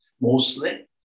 mostly